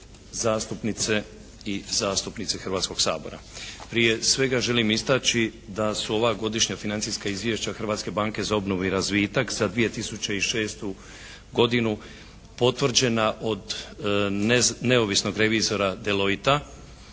zastupnice i zastupnici Hrvatskog sabora. Prije svega želim istaći da su ovaj Godišnja financijska izvješća Hrvatske banke za obnovu i razvitak za 2006. godinu potvrđena od neovisnog revizora Deloite-a